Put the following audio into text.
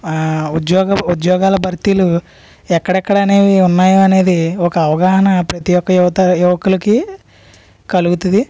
ఉద్యోగ ఉద్యోగాల భర్తీలు ఎక్కడెక్కడ అనేవి ఉన్నాయి అనేవి ఒక అవగాహన ప్రతి ఒక యువత యువకులకి కలుగుతుంది